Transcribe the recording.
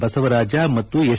ಬಸವರಾಜ ಮತ್ತು ಎಸ್